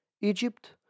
Egypt